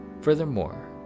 Furthermore